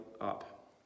up